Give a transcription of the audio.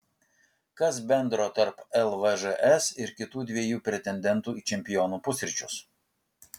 kas bendro tarp lvžs ir kitų dviejų pretendentų į čempionų pusryčius